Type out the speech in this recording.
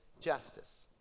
justice